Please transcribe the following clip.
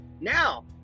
Now